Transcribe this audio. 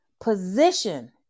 position